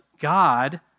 God